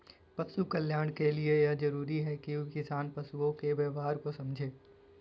पशु कल्याण के लिए यह जरूरी है कि किसान पशुओं के व्यवहार को समझे